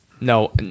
No